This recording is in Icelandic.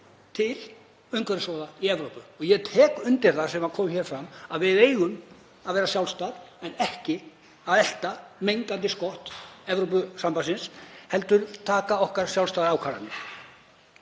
til umhverfissóða í Evrópu. Ég tek undir það sem kom hér fram að við eigum að vera sjálfstæð en ekki að elta mengandi skott Evrópusambandsins, við eigum að taka okkar sjálfstæðu ákvarðanir.